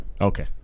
Okay